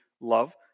love